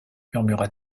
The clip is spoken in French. murmura